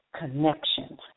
connection